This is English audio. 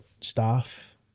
staff